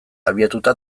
abiatuta